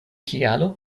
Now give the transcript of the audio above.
kialo